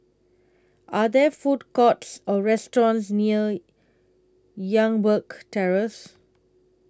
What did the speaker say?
Are There Food Courts Or restaurants near Youngberg Terrace